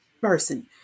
person